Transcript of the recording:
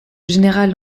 général